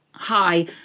Hi